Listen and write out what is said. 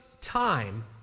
time